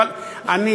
חמש.